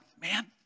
man